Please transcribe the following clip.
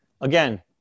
Again